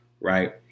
right